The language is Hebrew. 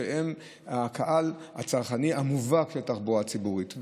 שהן הקהל הצרכני המובהק של תחבורה הציבורית.